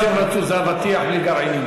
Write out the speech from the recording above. מה שהם רצו זה אבטיח בלי גרעינים.